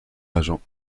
agents